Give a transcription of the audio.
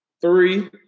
three